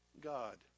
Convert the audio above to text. God